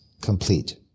complete